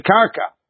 Karka